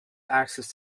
access